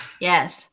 Yes